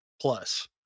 Plus